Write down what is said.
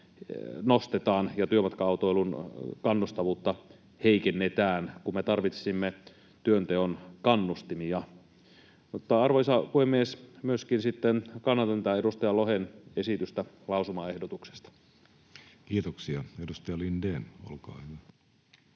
nostetaan ja työmatka-autoilun kannustavuutta heikennetään, kun me tarvitsisimme työnteon kannustimia. Mutta, arvoisa puhemies, myöskin sitten kannatan tätä edustaja Lohen esitystä lausumaehdotuksesta. Kiitoksia. — Edustaja Lindén, olkaa hyvä.